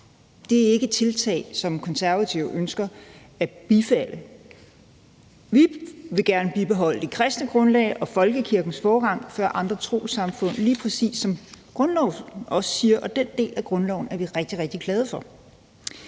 Det er ikke tiltag, som Konservative ønsker at bifalde. Vi vil gerne bibeholde det kristne grundlag og folkekirkens forrang for andre trossamfund, præcis som grundloven også siger. Den del af grundloven er vi rigtig, rigtig glade for.